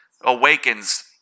awakens